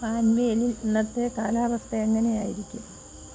പൻവേലിൽ ഇന്നത്തെ കാലാവസ്ഥ എങ്ങനെയായിരിക്കും